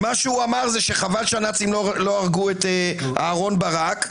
והוא אמר שחבל שהנאצים לא הרגו את אהרן ברק.